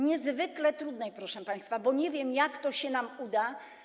Niezwykle trudnej, proszę państwa, bo nie wiem, jak to się nam uda.